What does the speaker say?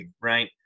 right